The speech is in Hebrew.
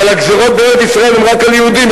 אבל הגזירות בארץ-ישראל הן רק על יהודים,